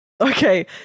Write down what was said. Okay